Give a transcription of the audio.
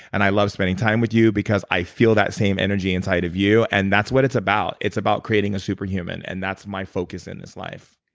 and i love spending time with you because i feel that same energy inside of you. and that's what it's about. it's about creating a super human. and that's my focus in this life